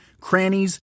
crannies